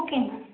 okay ma'am